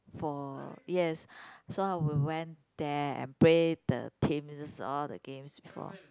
for yes so I will went there and play the teams all the games before